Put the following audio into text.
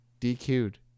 DQ'd